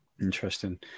Interesting